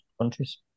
countries